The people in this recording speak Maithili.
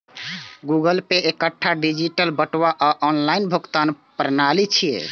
गूगल पे एकटा डिजिटल बटुआ आ ऑनलाइन भुगतान प्रणाली छियै